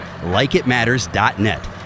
Likeitmatters.net